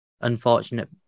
unfortunate